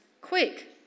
Quick